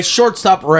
shortstop